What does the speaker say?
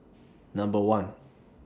Number one